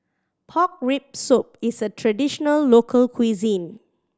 pork rib soup is a traditional local cuisine